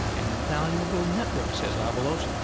an invaluable network, says avelos,